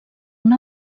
una